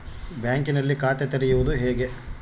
ಬ್ಯಾಂಕಿನಲ್ಲಿ ಖಾತೆ ತೆರೆಯುವುದು ಹೇಗೆ?